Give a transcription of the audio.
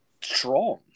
strong